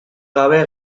gabe